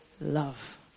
love